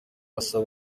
asaba